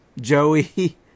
Joey